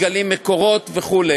מתגלים מקורות וכו'.